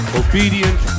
obedient